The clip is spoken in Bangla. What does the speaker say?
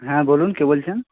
হ্যাঁ বলুন কে বলছেন